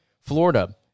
Florida